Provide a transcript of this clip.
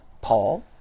Paul